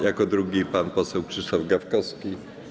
Jako drugi pan poseł Krzysztof Gawkowski.